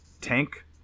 tank